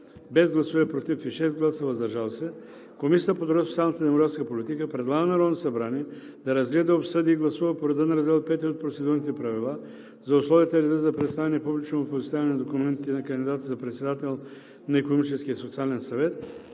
без „против“ и 6 гласа „въздържал се“, Комисията по труда, социалната и демографската политика предлага на Народното събрание да разгледа, обсъди и гласува по реда на раздел V от Процедурните правила за условията и реда за представяне и публично оповестяване на документите на кандидата за председател на Икономическия и социален съвет,